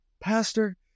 Pastor